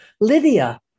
Lydia